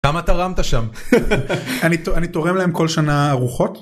כמה תרמת שם? אני אני תורם להם כל שנה ארוחות.